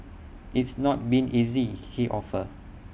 it's not been easy he offered